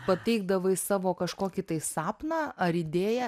pateikdavai savo kažkokį tai sapną ar idėją